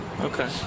Okay